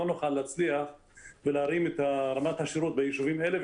לא נוכל להצליח ולהרים את רמת השירות ביישובים האלה,